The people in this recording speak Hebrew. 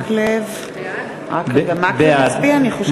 בעד.